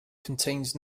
contains